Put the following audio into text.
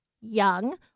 young